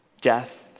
death